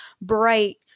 bright